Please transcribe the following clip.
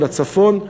של הצפון,